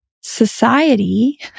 society